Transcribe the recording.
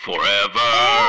Forever